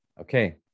Okay